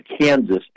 Kansas